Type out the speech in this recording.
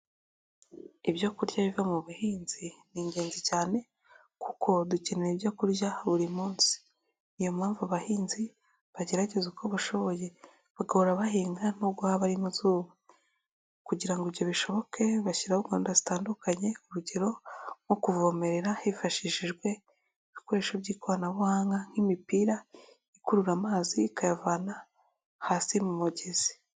I byokurya biva mu buhinzi ni ingenzi cyane kuko dukeneye ibyo kurya buri munsi, ni yo mpamvu abahinzi bagerageza uko bashoboye bagahora bahinga nubwo haba ari mu izuba, kugirango ngo ibyo bishoboke bashyiraho gahunda zitandukanye, urugero nko kuvomerera hifashishijwe ibikoresho by'ikoranabuhanga nk'imipira ikurura amazi ikayavana hasi mu mugezi.